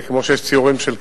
זה כמו שיש ציורים של כפית,